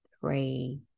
three